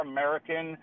American